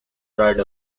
dried